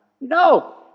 No